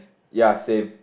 ya same